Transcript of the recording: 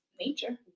nature